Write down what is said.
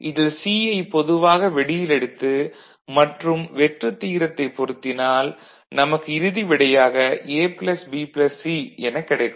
இதில் C ஐ பொதுவாக வெளியில் எடுத்து மற்றும் வெற்று தியரத்தை பொருத்தினால் நமக்கு இறுதி விடையாக A B C எனக் கிடைக்கும்